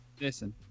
listen